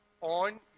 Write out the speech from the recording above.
on